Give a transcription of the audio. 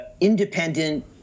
independent